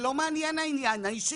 לא מעניין העניין האישי,